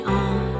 on